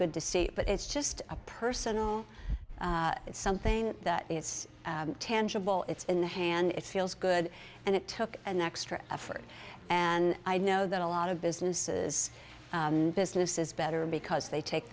good to see but it's just a personal it's something that it's tangible it's in the hand it feels good and it took an extra effort and i know that a lot of businesses business is better because they take